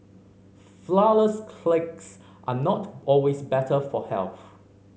flour less are not always better for health